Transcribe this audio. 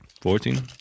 Fourteen